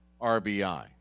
RBI